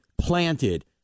planted